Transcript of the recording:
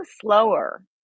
slower